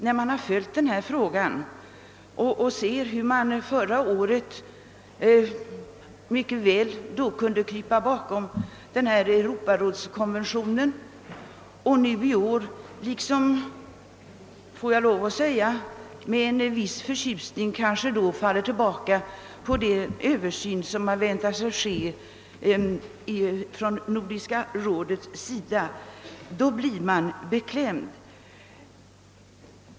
När man ser hur utskottet förra året kröp bakom Europarådskonventionen och i år med — om jag får lov att säga det — en viss förtjusning faller tillbaka på den översyn som man väntar sig från Nordiska rådets sida, blir man beklämd.